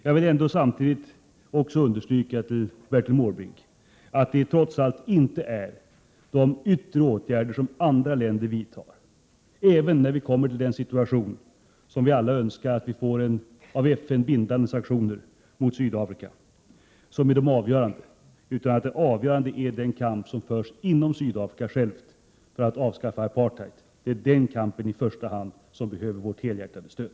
Jag vill ändå samtidigt understryka för Bertil Måbrink att det traditionellt inte är de yttre åtgärder som andra länder vidtar — även när vi kommer till den situation som vi alla önskar, nämligen att vi får av FN antagna bindande sanktioner mot Sydafrika — som är det avgörande, utan det är den kamp som förs inom Sydafrika självt för att avskaffa apartheid. Det är den kampen i första hand som behöver vårt helhjärtade stöd.